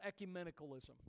ecumenicalism